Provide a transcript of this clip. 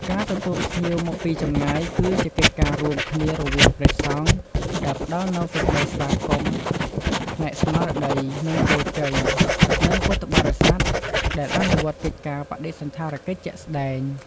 ចិត្តសប្បុរសធម៌ សំដៅដល់ការទទួលភ្ញៀវគឺជាការបង្ហាញនូវមេត្តាធម៌ និងការឲ្យទានតាមរយៈការចែករំលែកនូវអ្វីដែលខ្លួនមានទៅដល់អ្នកដទៃ។